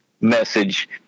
message